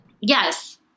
Yes